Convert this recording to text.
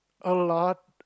a lot